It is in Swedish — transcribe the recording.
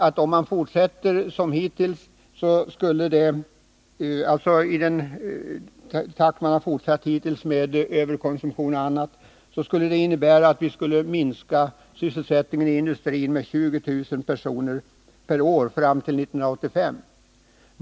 Det ena alternativet var att fortsätta i samma takt som hittills med överkonsumtion m.m., och det skulle innebära att vi minskade sysselsättningen i industrin med 20 000 personer per år fram till 1985.